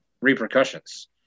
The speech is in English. repercussions